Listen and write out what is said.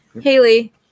Haley